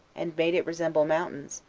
and made it resemble mountains,